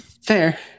Fair